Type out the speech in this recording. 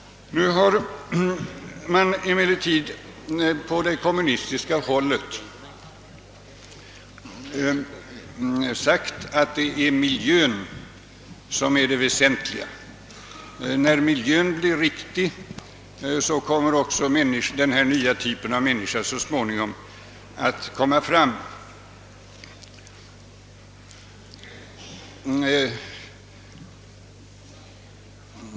Nu har man på det kommunistiska hållet sagt att det är miljön som är det väsentliga: när miljön blir den rätta kommer denna nya typ av människa så småningom att växa fram.